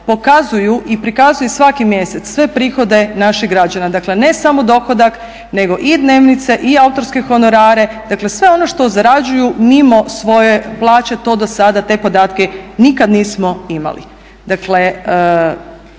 pokazuju i prikazuju svaki mjesec sve prihode naših građana, dakle ne samo dohodak nego i dnevnice i autorske honorare. Dakle sve ono što zarađuju mimo svoje plaće to do sada te podatke nikad nismo imali. Dakle